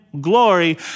glory